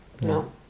No